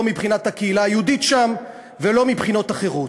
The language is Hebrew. לא מבחינת הקהילה היהודית שם ולא מבחינות אחרות.